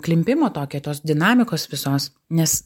klimpimo tokio tos dinamikos visos nes